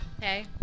Hey